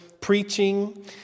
preaching